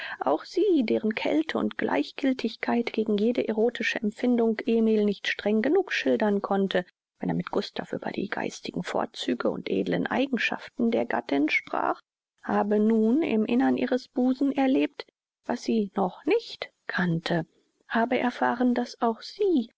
auch sie deren kälte und gleichgiltigkeit gegen jede erotische empfindung emil nicht streng genug schildern konnte wenn er mit gustav über die geistigen vorzüge und edlen eigenschaften der gattin sprach habe nun im innern ihres busens erlebt was sie noch nicht kannte habe erfahren daß auch sie